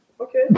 Okay